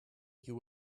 you